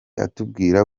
atubwira